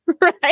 right